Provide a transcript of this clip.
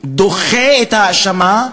דוחה את ההאשמה,